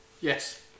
Yes